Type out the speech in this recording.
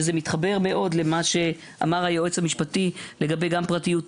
שזה מתחבר מאוד למה שאמר היועץ המשפטי לגבי פרטיות האזרח,